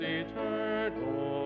eternal